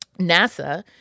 nasa